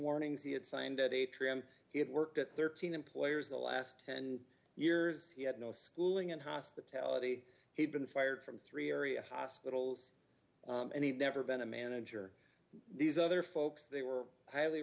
warnings he had signed at atrium he had worked at thirteen employers the last ten years he had no schooling in hospitality he'd been fired from three area hospitals and he'd never been a manager these other folks they were highly